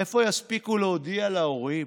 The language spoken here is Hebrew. איפה יספיקו להודיע להורים?